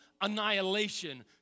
annihilation